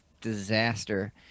disaster